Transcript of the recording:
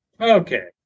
okay